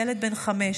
ילד בן חמש,